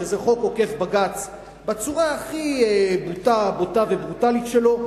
שזה חוק עוקף בג"ץ בצורה הכי בוטה וברוטלית שלו,